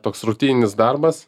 toks rutininis darbas